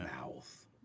mouth